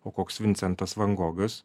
o koks vincentas van gogas